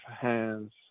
hands